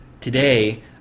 Today